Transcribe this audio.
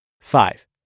Five